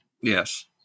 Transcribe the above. Yes